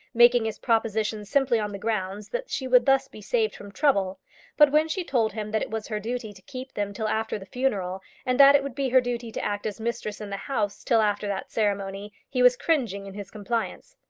making his proposition simply on the ground that she would thus be saved from trouble but when she told him that it was her duty to keep them till after the funeral, and that it would be her duty to act as mistress in the house till after that ceremony, he was cringing in his compliance.